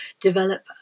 develop